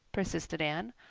persisted anne.